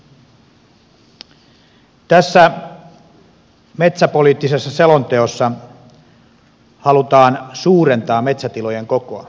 tässä metsäpoliittisessa selonteossa halutaan suurentaa metsätilojen kokoa